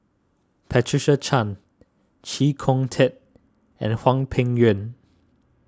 Patricia Chan Chee Kong Tet and Hwang Peng Yuan